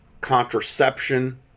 contraception